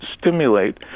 stimulate